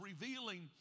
revealing